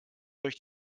durch